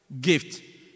gift